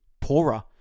poorer